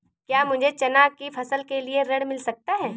क्या मुझे चना की फसल के लिए ऋण मिल सकता है?